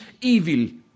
evil